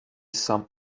some